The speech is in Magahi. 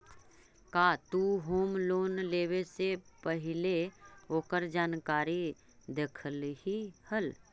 का तु होम लोन लेवे से पहिले ओकर जानकारी देखलही हल?